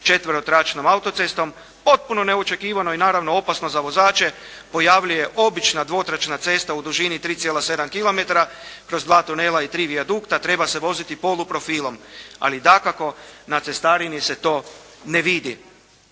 četverotračnom autocestom potpuno neočekivano i naravno opasno za vozače pojavljuje obična dvotračna cesta u dužini 3,7 kilometara kroz dva tunela i tri vijadukta. Treba se voziti poluprofilom. Ali dakako, na cestarini se to ne vidi.